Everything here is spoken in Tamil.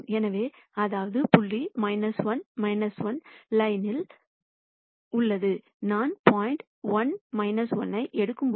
எனவே அதாவது புள்ளி 1 1 லைனின்யில்யில் உள்ளது நான் பாயிண்ட் 1 1 ஐ எடுக்கும்போது